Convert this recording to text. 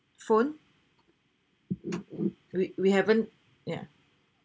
phone we we haven't ya